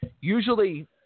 Usually